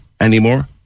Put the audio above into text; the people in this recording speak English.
anymore